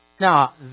Now